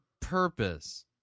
purpose